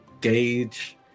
gauge